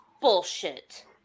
Bullshit